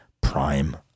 prime